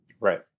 Right